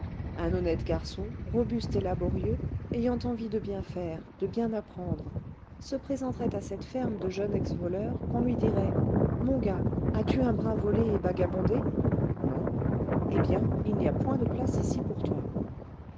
un honnête garçon robuste et laborieux ayant envie de bien faire de bien apprendre se présenterait à cette ferme de jeunes ex voleurs qu'on lui dirait mon gars as-tu un brin volé et vagabondé non eh bien il n'y a point de place ici pour toi